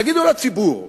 תגידו לציבור: